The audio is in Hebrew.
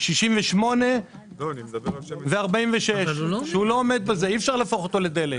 68 ו-46 שאי אפשר להפוך אותו לדלק.